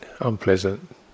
unpleasant